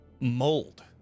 mold